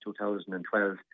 2012